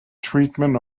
treatment